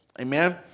Amen